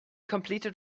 complete